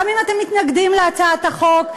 גם אם אתם מתנגדים להצעת החוק,